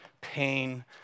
pain